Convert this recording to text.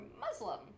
Muslim